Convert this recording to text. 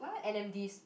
N_M_Ds